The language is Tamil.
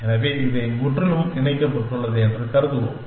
எனவே இது முற்றிலும் இணைக்கப்பட்டுள்ளது என்று கருதுவோம்